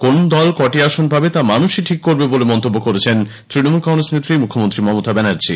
কোন দল কটি আসন পাবে তা মানুষই ঠিক করবে বলে মন্তব্য করেছেন তৃণমূল কংগ্রেস নেত্রী মুখ্যমন্ত্রী মমতা ব্যানার্জী